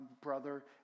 brother